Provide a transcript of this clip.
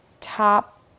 top